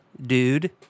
dude